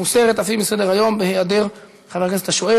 מוסרת אף היא מסדר-היום בהיעדר חבר הכנסת השואל.